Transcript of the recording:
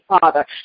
Father